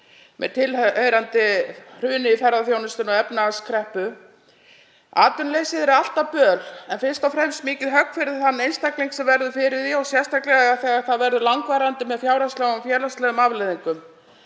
með tilheyrandi hruni í ferðaþjónustunni og efnahagskreppu. Atvinnuleysi er alltaf böl en fyrst og fremst mikið högg fyrir þann einstakling sem verður fyrir því og sérstaklega þegar það verður langvarandi með fjárhagslegum og félagslegum afleiðingum.